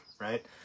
right